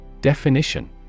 Definition